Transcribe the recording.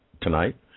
tonight